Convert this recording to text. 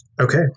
Okay